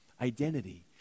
Identity